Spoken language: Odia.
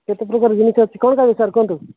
କେତେ ପ୍ରକାର ଜିନିଷ ଅଛି କ'ଣ ଖାଇବେ ସାର୍ କୁହନ୍ତୁ